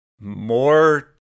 More